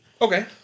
Okay